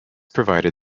provided